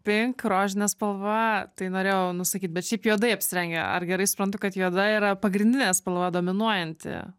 pink rožinė spalva tai norėjau nusakyt bet šiaip juodai apsirengę ar gerai suprantu kad juoda yra pagrindinė spalva dominuojanti